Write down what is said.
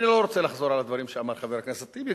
אני לא רוצה לחזור על הדברים שאמר חבר הכנסת טיבי,